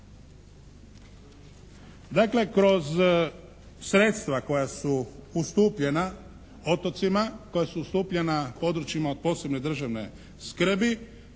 Dakle kroz sredstva koja su ustupljena otocima, koja su ustupljena područjima od posebne državne skrbi,